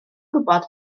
gwybod